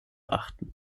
achten